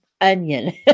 onion